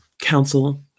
council